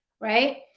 right